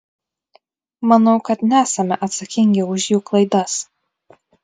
manau kad nesame atsakingi už jų klaidas